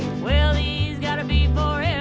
well, the e's gotta be for